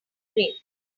grapes